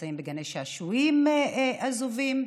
נמצאים בגני שעשועים עזובים,